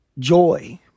joy